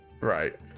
right